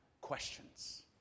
questions